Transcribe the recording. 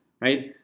right